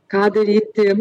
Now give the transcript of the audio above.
ką daryti